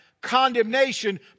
condemnation